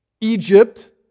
Egypt